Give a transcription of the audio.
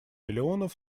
миллионов